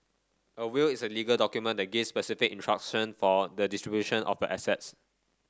a will is a legal document that gives specific instruction for the distribution of your assets